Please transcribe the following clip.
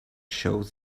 shows